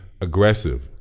aggressive